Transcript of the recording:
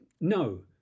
No